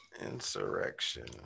insurrection